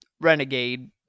renegade